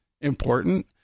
important